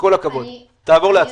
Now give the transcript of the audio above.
תעבור להצבעה.